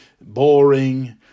boring